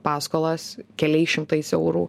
paskolas keliais šimtais eurų